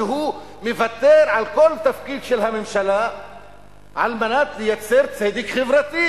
שהוא מוותר על כל תפקיד של הממשלה על מנת לייצר צדק חברתי: